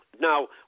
Now